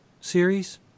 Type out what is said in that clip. series